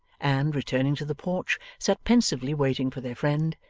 and, returning to the porch, sat pensively waiting for their friend,